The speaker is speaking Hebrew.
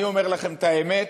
אני אומר לכם את האמת: